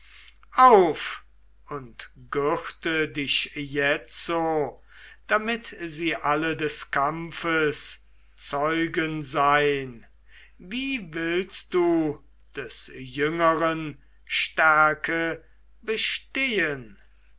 auf und gürte dich jetzo damit sie alle des kampfes zeugen sei'n wie willst du des jüngeren stärke bestehen